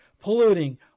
polluting